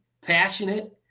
passionate